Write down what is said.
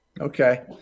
Okay